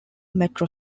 metro